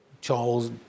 Charles